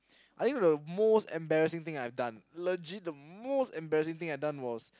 I think the most embarrassing thing I've done legit the most embarrassing thing I've done was